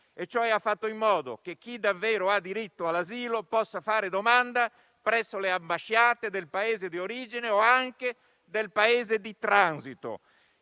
anno: ha fatto in modo che chi davvero ha diritto all'asilo possa fare domanda presso le ambasciate del Paese di origine o anche del Paese di transito.